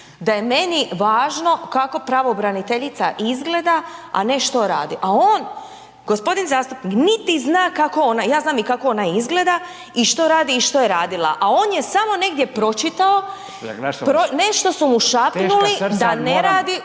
da je meni važno kako pravobraniteljica izgleda, a ne što radi. A on gospodin zastupnik niti zna kako ona izgleda, ja znam kako ona izgleda i što radi i što je radila. A on je samo negdje pročitao, nešto su mu šapnuli da ne radi